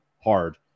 hard